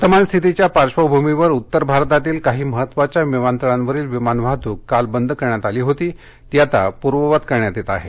वर्तमान स्थितीच्या पार्श्वभूमीवर उत्तर भारतातील काही महत्वाच्या विमानतळांवरील विमान वाहतूक काल बंद करण्यात आली होती ती आता पूर्ववत करण्यात येत आहे